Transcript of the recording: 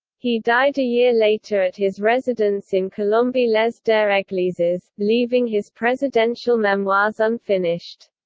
he died a year later at his residence in colombey-les-deux-eglises, leaving his presidential memoirs unfinished.